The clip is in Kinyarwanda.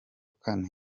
kane